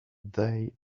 they